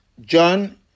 John